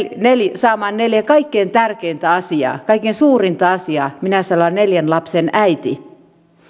saamaan neljä kaikkein tärkeintä asiaa kaikkein suurinta asiaa minä saan olla neljän lapsen äiti